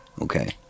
Okay